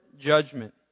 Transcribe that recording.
judgment